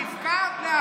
המפקד לאחוז החסימה.